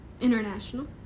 International